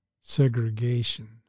segregation